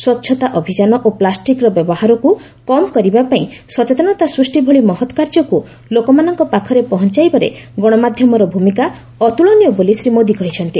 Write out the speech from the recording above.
ସ୍ପଚ୍ଛତା ଅଭିଯାନ ଓ ପ୍ଲାଷ୍ଟିକ୍ର ବ୍ୟବହାରକୁ କମ୍ କରିବା ପାଇଁ ସଚେତନତା ସୃଷ୍ଟି ଭଳି ମହତ କାର୍ଯ୍ୟକ୍ ଲୋକମାନଙ୍କ ପାଖରେ ପହଞ୍ଚାଇବାରେ ଗଣମାଧ୍ୟମର ଭୂମିକା ଅତୁଳନୀୟ ବୋଲି ଶ୍ରୀ ମୋଦି କହିଛନ୍ତି